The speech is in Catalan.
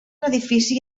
edifici